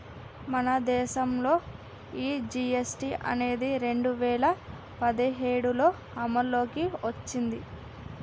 మన దేసంలో ఈ జీ.ఎస్.టి అనేది రెండు వేల పదిఏడులో అమల్లోకి ఓచ్చింది